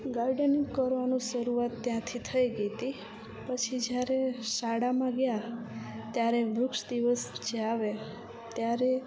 gardening કરવાનું શરૂઆત ત્યાંથી થઈ હતી પછી જ્યારે શાળામાં ગયાં ત્યારે વૃક્ષ દિવસ જે આવે ત્યારે